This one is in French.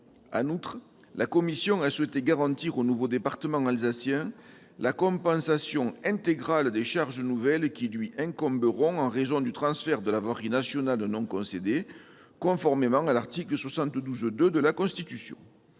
En outre, la commission a souhaité garantir au nouveau département alsacien la compensation intégrale des charges nouvelles qui lui incomberont en raison du transfert de la voirie nationale non concédée, conformément à l'article 72-2 de la Constitution.